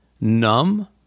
numb